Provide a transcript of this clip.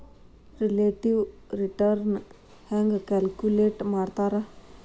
relative return ಹೆಂಗ calculate ಮಾಡ್ತಾರಾ